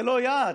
זה לא יעד.